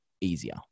easier